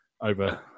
over